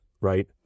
right